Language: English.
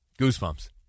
Goosebumps